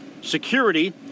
Security